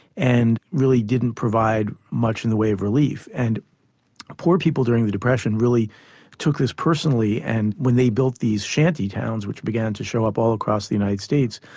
and really didn't provide much in the way of relief. and poor people during the depression really took this personally, and when they built these shanty towns which began to show up all across the united states,